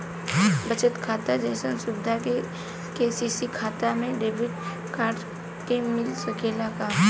बचत खाता जइसन सुविधा के.सी.सी खाता में डेबिट कार्ड के मिल सकेला का?